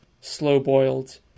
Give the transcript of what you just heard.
slow-boiled